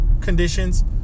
conditions